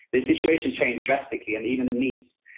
the situation changed drastically and even the needs.